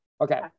Okay